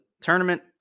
tournament